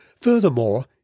Furthermore